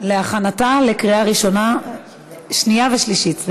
להכנתה לקריאה ראשונה, שנייה ושלישית.